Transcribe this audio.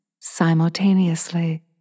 simultaneously